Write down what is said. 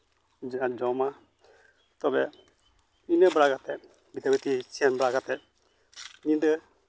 ᱡᱟᱦᱟᱢ ᱡᱚᱢᱟ ᱛᱚᱵᱮ ᱤᱱᱟᱹ ᱵᱟᱲᱟ ᱠᱟᱛᱮᱫ ᱥᱮᱱ ᱵᱟᱲᱟ ᱠᱟᱛᱮᱫ ᱧᱤᱫᱟᱹ